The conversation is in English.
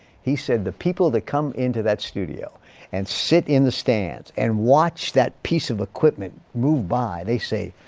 he said, the people that come into that studio and sit in the stands and watch that piece of equipment move by they say,